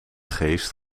geest